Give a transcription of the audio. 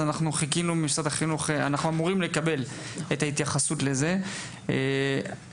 אנחנו אמורים לקבל את ההתייחסות לזה ממשרד החינוך.